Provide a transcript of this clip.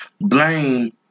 blame